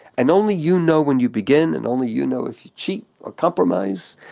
and only you know when you begin, and only you know if you cheat or compromise.